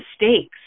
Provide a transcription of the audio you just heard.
mistakes